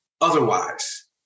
otherwise